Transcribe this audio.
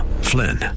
Flynn